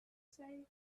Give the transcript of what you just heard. say